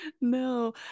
no